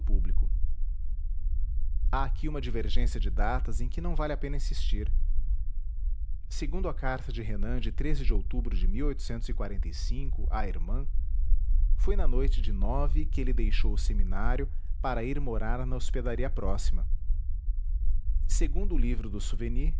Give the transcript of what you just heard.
há aqui uma divergência de datas em que não vale a pena insistir segundo a carta de renan de ar de à irmã foi na noite de que ele deixou o seminário para ir morar na hospedaria próxima segundo o livro dos souvenirs